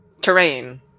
terrain